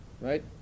right